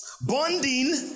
Bonding